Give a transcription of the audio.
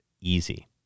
easy